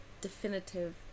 definitive